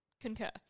concur